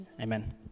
amen